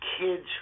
kids